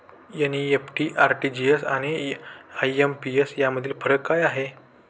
NEFT, RTGS आणि IMPS यामधील फरक काय आहे?